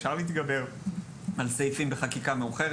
אפשר להתגבר על סעיפים בחקיקה מאוחרת,